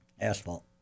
Asphalt